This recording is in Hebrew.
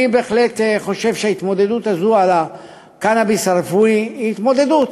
אני בהחלט חושב שההתמודדות הזאת על הקנאביס הרפואי היא התמודדות.